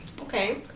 Okay